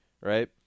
right